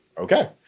Okay